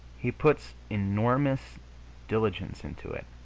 he puts enormous diligence into it,